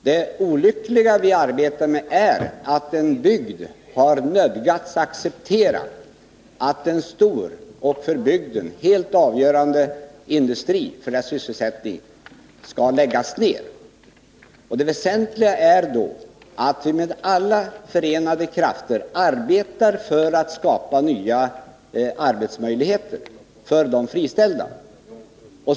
Det olyckliga är ju att en bygd har nödgats acceptera att en stor och för dess sysselsättning helt avgörande industri skall läggas ned. Det väsentliga är då att vi alla med förenade krafter arbetar för att skapa nya arbetsmöjligheter för de friställda.